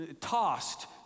tossed